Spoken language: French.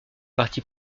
parti